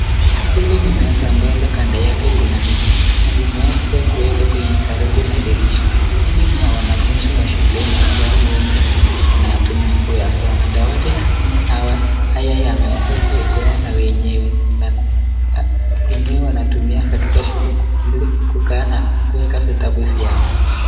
Hili ni meza ambalo kando yake kuna miti na limewezwa kuwekwa kwenye karibu na dirisha. Hili ni ya wanafunzi wa shuleni ambao huenda watumia kuyasoma. Dawati haya yameweza kua na wenyewe , wenyewe wanatumia katika shuleni ili kukaa na kuweka vitabu nyao.